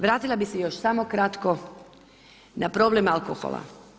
Vratila bih se još samo kratko na problem alkohola.